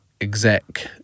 exec